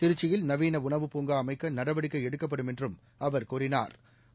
திருச்சியில் நவீன உணவு பூங்கா அமைக்க நடவடிக்கை எடுக்கப்படும் எனறும் அவா் கூறினாா்